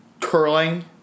curling